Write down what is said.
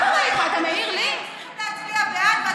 אוריאל, תחיל אותו על גלי צה"ל, רק תצביע בעד.